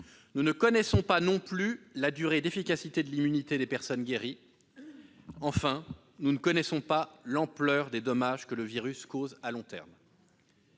nous ne connaissons pas non plus la durée d'efficacité de l'immunité des personnes guéries ; enfin, nous ne connaissons pas l'ampleur des dommages que le virus cause à long terme.